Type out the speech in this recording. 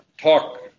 Talk